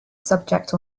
subject